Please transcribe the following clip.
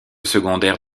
secondaire